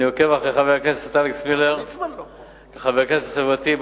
אני עוקב אחרי חבר הכנסת אלכס מילר כחבר כנסת חברתי,